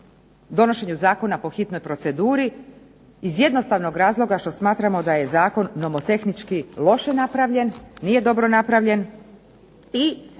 donošenju zakona po hitnoj proceduri iz jednostavnog razloga što smatramo da je zakon nomotehnički loše napravljen, nije dobro napravljen i